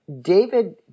David